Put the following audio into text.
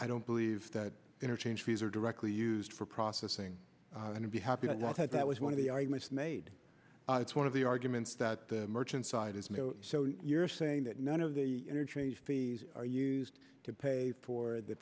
i don't believe that interchange fees are directly used for processing and to be happy i thought that was one of the arguments made it's one of the arguments that the merchant side has made so you're saying that none of the interchange fees are used to pay for the